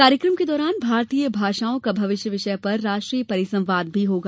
कार्यक्रम के दौरान भारतीय भाषाओं का भविष्य विषय पर राष्ट्रीय परिसंवाद भी होगा